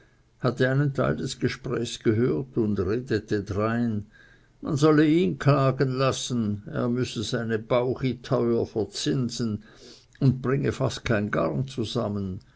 hatte einen teil des gesprächs gehört und redete drein man solle ihn klagen lassen er müsse seine bauchi teuer verzinsen und bringe fast kein garn zusammen